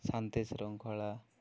ଶାନ୍ତିଶୃଙ୍ଖଳା